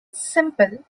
simple